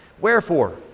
Wherefore